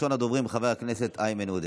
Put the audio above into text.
ראשון הדוברים, חבר הכנסת איימן עודה.